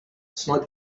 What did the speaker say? sniper